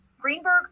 Greenberg